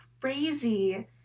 crazy